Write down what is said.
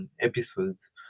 episodes